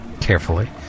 carefully